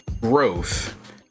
growth